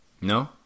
No